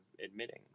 admitting